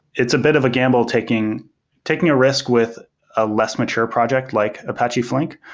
it's a bit of a gamble taking taking a risk with a less mature project, like apache flink.